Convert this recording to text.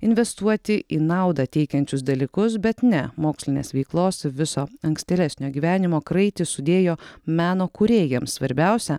investuoti į naudą teikiančius dalykus bet ne mokslinės veiklos viso ankstėlesnio gyvenimo kraitį sudėjo meno kūrėjams svarbiausia